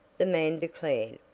the man declared,